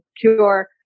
cure